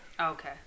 Okay